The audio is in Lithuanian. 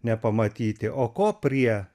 nepamatyti o ko prie